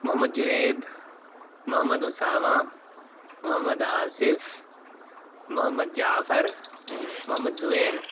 Muhammad Junaid Mohammad Usama Mohammad Asif Mohammad Jafar Mohammad Zubair